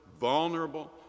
vulnerable